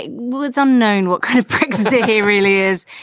well, it's unknown what kind of brexit he really is.